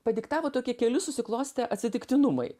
padiktavo tokie keli susiklostę atsitiktinumai